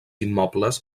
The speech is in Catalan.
immobles